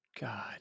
God